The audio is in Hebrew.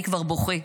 / אני כבר בוכה.